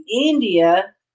India